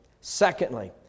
Secondly